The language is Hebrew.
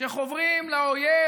שחוברים לאויב,